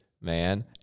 man